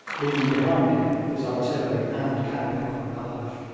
leaving behind him his artillery and camp equipage,